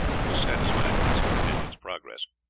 was satisfied with his companion's progress,